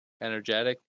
Energetic